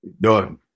done